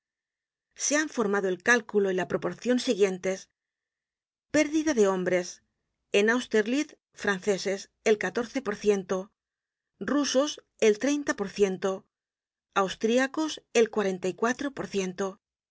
se han formado el cálculo y la proporcion siguientes pérdida de hombres en austcrlitz franceses el catorce por ciento rusos el treinta por ciento austríacos el cuarenta y cuatro por ciento en